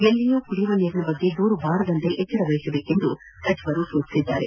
ಎಲ್ಲಿಯೂ ಕುಡಿಯುವ ನೀರಿನ ಬಗ್ಗೆ ದೂರು ಬಾರದಂತೆ ಎಚ್ಚರ ವಹಿಸುವಂತೆ ಸೂಚಿಸಿದ್ದಾರೆ